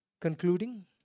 Concluding